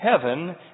heaven